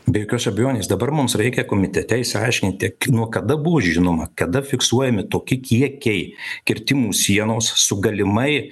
be jokios abejonės dabar mums reikia komitete išsiaiškinti nuo kada buvo žinoma kada fiksuojami toki kiekiai kirtimų sienos su galimai